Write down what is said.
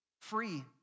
free